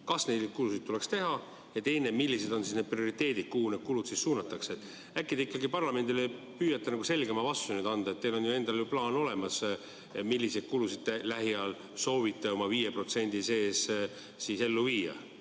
kas neid kulusid tuleks teha, ja teine, millised on siis need prioriteedid, kuhu need kulud suunatakse. Äkki te ikkagi parlamendile püüate selgema vastuse anda? Teil on endal ju plaan olemas, milliseid kulusid te lähiajal soovite 5% sees ellu viia.